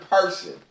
person